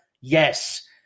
Yes